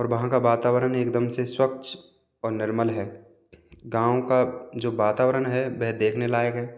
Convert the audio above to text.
और वहाँ का वातावरण एकदम से स्वच्छ व निर्मल है गाँव का जो वातावरण है वह देखने लायक़ है